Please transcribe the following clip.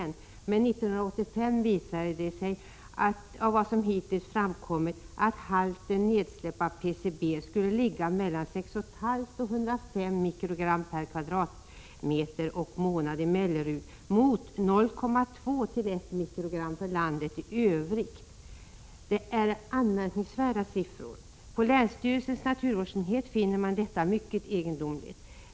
Men 1985 visade det sig, åtminstone enligt vad som hittills har framkommit, att halten av PCB-nedsläpp i Mellerud skulle ligga mellan 6,5 och 105 mikrogram per kvadratmeter och månad, vilket skall jämföras med 0,2-1 mikrogram för landet i övrigt. Det är anmärkningsvärda siffror. På länsstyrelsens naturvårdsenhet finner man detta mycket egendomligt.